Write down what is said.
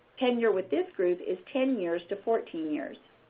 tenure with this group is ten years to fourteen years.